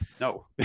No